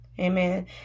Amen